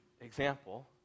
example